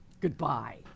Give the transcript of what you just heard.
Goodbye